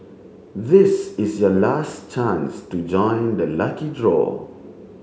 this is your last chance to join the lucky draw